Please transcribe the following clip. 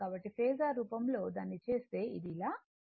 కాబట్టి ఫేసర్ రూపంలో దానిని చేస్తే ఇది ఇలా ఉంటుంది